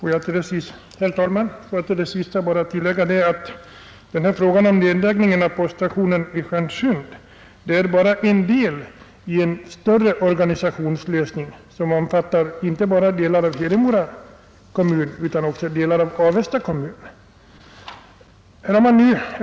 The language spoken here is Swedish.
Herr talman! Låt mig till det sista bara säga att frågan om nedläggning av poststationen i Stjärnsund är bara ett led i en större organisationslösning som omfattar inte bara delar av Hedemora kommun utan också delar av Avesta kommun.